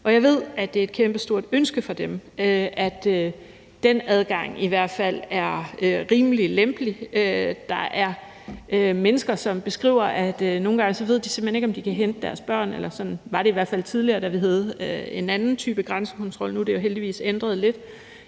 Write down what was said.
i. Jeg ved, at det er et kæmpestort ønske for dem, at den adgang i hvert fald er rimelig lempelig. Der er mennesker, som beskriver, at nogle gange ved de simpelt hen ikke, om de kan hente deres børn, eller sådan var det i hvert fald tidligere, da vi havde en anden type grænsekontrol, nu er det jo heldigvis ændret lidt.